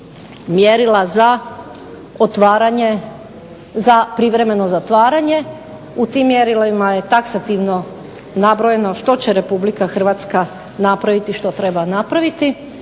i privremeno zatvaranje. U tim mjerilima je taksativno nabrojeno što će RH napraviti i što treba napraviti